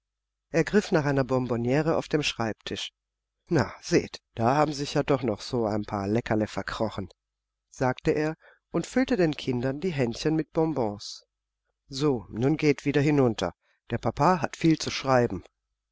er griff nach einer bonbonniere auf dem schreibtisch na seht da haben sich ja doch noch so ein paar leckerle verkrochen sagte er und füllte den kindern die händchen mit bonbons so nun geht wieder hinunter der papa hat viel zu schreiben